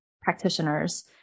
practitioners